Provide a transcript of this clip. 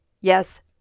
yes